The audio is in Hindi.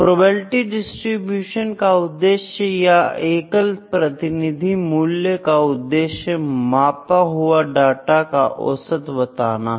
प्रोबेबिलिटी डिस्ट्रीब्यूशन का उद्देश्य या एकल प्रतिनिधि मूल्य का उद्देश्य मापे हुए डाटा का औसत बताना है